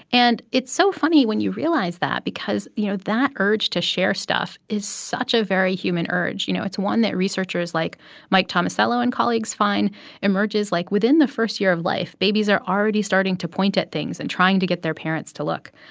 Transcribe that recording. and it's so funny when you realize that because, you know, that urge to share stuff is such a very human urge. you know, it's one that researchers like mike tomasello and colleagues find emerges, like, within the first year of life. babies are already starting to point at things and trying to get their parents to look.